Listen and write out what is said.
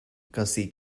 gussie